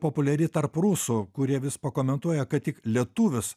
populiari tarp rusų kurie vis pakomentuoja kad tik lietuvis